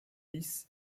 lisse